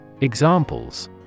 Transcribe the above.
Examples